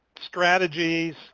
strategies